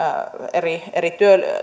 eri eri